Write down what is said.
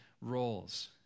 roles